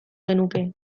genuke